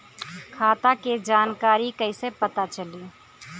खाता के जानकारी कइसे पता चली?